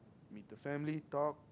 with the family talk